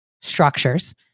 structures